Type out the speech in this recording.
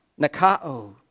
Nakao